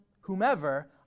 whomever